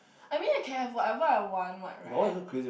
I mean I can have whatever I want what right